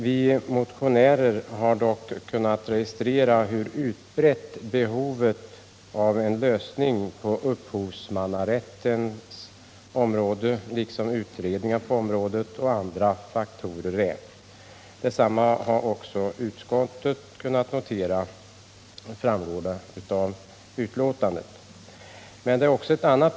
Vi motionärer har dock kunnat registrera att behovet av bl.a. en lösning på frågan om upphovsmannarätten och av utredningar på området är mycket starkt. Det framgår också av utskottets betänkande att utskottet noterat detta behov.